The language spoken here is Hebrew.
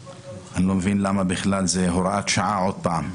אני לא מבין למה זאת בכלל הוראת שעה עוד פעם.